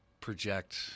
Project